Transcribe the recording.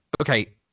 Okay